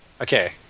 Okay